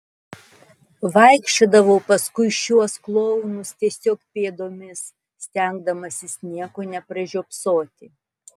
vaikščiodavau paskui šiuos klounus tiesiog pėdomis stengdamasis nieko nepražiopsoti